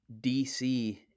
DC